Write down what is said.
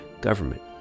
government